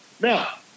Now-